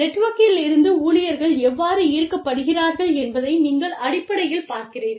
நெட்வொர்க்கில் இருந்து ஊழியர்கள் எவ்வாறு ஈர்க்கப்படுகிறார்கள் என்பதை நீங்கள் அடிப்படையில் பார்க்கிறீர்கள்